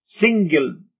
single